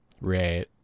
Right